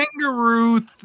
Kangaroo